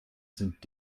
sind